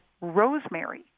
rosemary